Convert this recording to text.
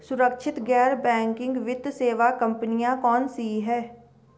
सुरक्षित गैर बैंकिंग वित्त सेवा कंपनियां कौनसी हैं?